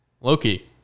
Loki